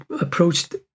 approached